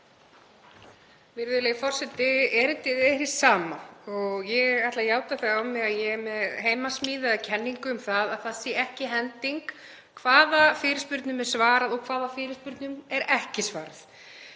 Virðulegi forseti. Erindið er hið sama og ég ætla að játa það á mig að ég er með heimasmíðaða kenningu um að það sé ekki hending hvaða fyrirspurnum er svarað og hvaða fyrirspurnum er ekki svarað.